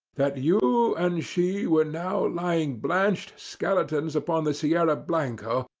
that you and she were now lying blanched skeletons upon the sierra blanco,